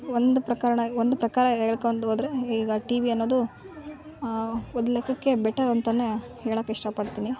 ಒಂದು ಪ್ರಕರಣ ಒಂದು ಪ್ರಕಾರ ಹೇಳ್ಕೊಂಡು ಹೋದರೆ ಈಗ ಟಿವಿ ಅನ್ನೋದು ಒಂದು ಲೆಕ್ಕಕ್ಕೆ ಬೆಟರ್ ಅಂತಾ ಹೇಳೋಕ್ ಇಷ್ಟ ಪಡ್ತೀನಿ